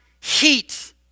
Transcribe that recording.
heat